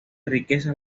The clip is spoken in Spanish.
riqueza